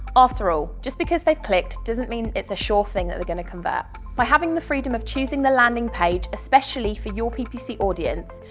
after all, just because they've clicked, doesn't mean it's a sure thing that they're going to convert. by having the freedom of choosing the landing page especially for your ppc audience,